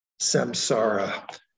samsara